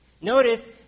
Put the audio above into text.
Notice